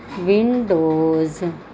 windows